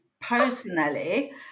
Personally